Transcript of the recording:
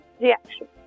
reaction